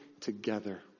together